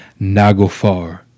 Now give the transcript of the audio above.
Nagofar